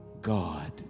God